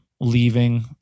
leaving